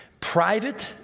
private